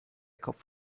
kopf